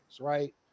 right